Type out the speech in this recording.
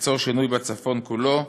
שתיצור שינוי בצפון כולו,